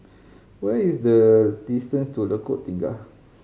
what is the distance to Lengkok Tiga